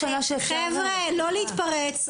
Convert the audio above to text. חבר'ה, לא להתפרץ.